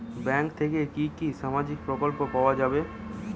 Bank থেকে কি কি সামাজিক প্রকল্প পাওয়া যাবে?